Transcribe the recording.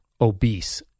obese